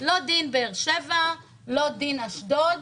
לא דין באר שבע, לא דין אשדוד